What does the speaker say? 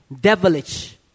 devilish